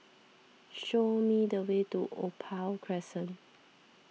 show me the way to Opal Crescent